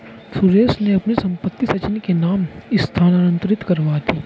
सुरेश ने अपनी संपत्ति सचिन के नाम स्थानांतरित करवा दी